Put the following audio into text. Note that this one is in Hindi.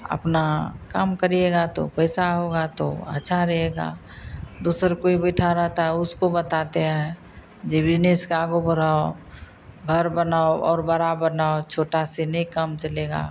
अपना काम करिएगा तो पैसा होगा तो अच्छा रहेगा दूसरा कोई बैठा रहता है उसको बताते हैं ये बिजनेस को आगे बढ़ाओ घर बनाओ और बड़ा बनाओ छोटे से नहीं काम चलेगा